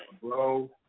bro